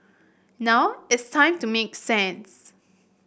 now it's time to make sense